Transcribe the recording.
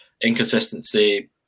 inconsistency